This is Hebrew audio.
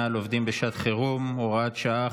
על עובדים בשעת חירום (תיקון מס' 5 והוראת שעה,